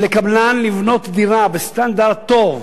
שלקבלן לבנות דירה בסטנדרט טוב,